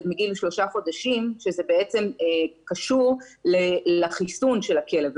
מגיל 3 חודשים שזה בעצם קשור לחיסון של הכלב,